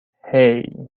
hey